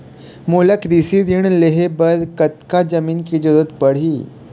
मोला कृषि ऋण लहे बर कतका जमीन के जरूरत पड़ही?